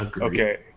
Okay